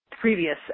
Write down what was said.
previous